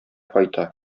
кайта